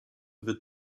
wird